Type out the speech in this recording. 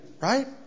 right